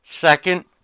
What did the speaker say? Second